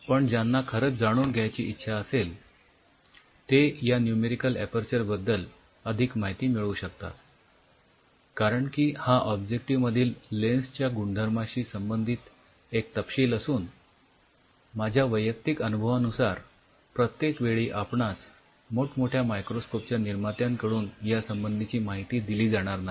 पण ज्यांना खरंच जाणून घ्यायची इच्छा असेल ते या न्युमेरिकल ऍपर्चर बद्दल अधिक माहिती मिळवू शकतात कारण की हा ऑब्जेक्टिव्ह मधील लेन्सच्या गुणधर्माशी संबंधित एक तपशील असून माझ्या वैयक्तिक अनुभवानुसार प्रत्येक वेळी आपणास मोठमोठ्या मायक्रोस्कोप च्या निर्मात्यांकडून यासंबंधीची माहिती दिली जाणार नाही